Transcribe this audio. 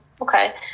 okay